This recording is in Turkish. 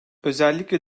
özellikle